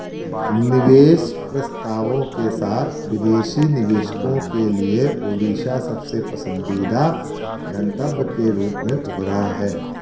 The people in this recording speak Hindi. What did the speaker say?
निवेश प्रस्तावों के साथ विदेशी निवेशकों के लिए ओड़ीसा सबसे पसंदीदा गंतव्य के रूप में उभरा है